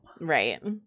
Right